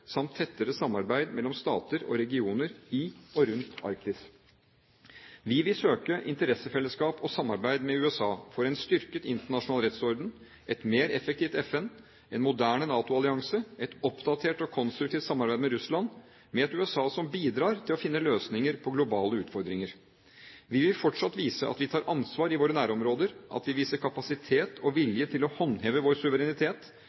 samt tettere samarbeid mellom stater og regioner i og rundt Arktis. Vi vil søke interessefellesskap og samarbeid med USA for en styrket internasjonal rettsorden, et mer effektivt FN, en moderne NATO-allianse, et oppdatert og konstruktivt samarbeid med Russland – et USA som bidrar til å finne løsninger på globale utfordringer. Vi vil fortsatt vise at vi tar ansvar i våre nærområder, at vi har kapasitet og vilje til å håndheve vår suverenitet